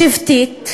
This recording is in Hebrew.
שבטית,